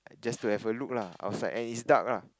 just to have a look lah outside and it's dark lah